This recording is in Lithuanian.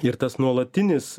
ir tas nuolatinis